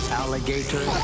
alligator